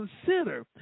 consider